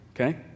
okay